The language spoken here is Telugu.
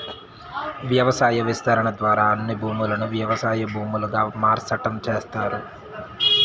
వ్యవసాయ విస్తరణ ద్వారా అన్ని భూములను వ్యవసాయ భూములుగా మార్సటం చేస్తారు